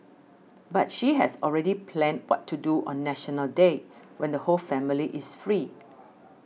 but she has already planned what to do on National Day when the whole family is free